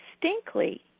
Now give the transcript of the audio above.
distinctly